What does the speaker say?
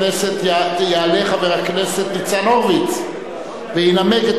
יעלה חבר הכנסת ניצן הורוביץ וינמק את